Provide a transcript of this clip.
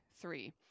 three